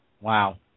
Wow